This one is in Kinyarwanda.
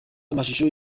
amashusho